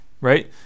right